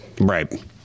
right